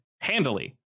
handily